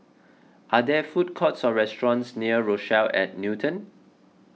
are there food courts or restaurants near Rochelle at Newton